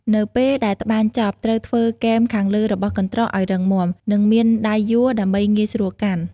នៅពេលដែលត្បាញចប់ ត្រូវធ្វើគែមខាងលើរបស់កន្ត្រកឲ្យរឹងមាំ និងមានដៃយួរដើម្បីងាយស្រួលកាន់។